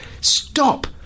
Stop